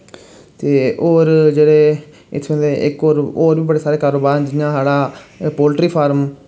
ते और जेह्ड़े इत्थूं दे इक और और बी बड़े सारे कारोबार न जि'यां साढ़ा पोल्ट्री फार्म